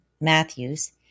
Matthews